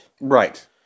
Right